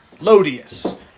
Lodius